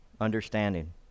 understanding